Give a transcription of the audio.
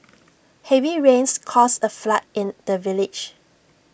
heavy rains caused A flood in the village